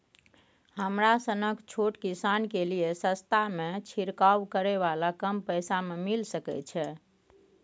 हमरा सनक छोट किसान के लिए सस्ता में छिरकाव करै वाला कम पैसा में मिल सकै छै?